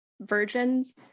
virgins